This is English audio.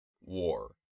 war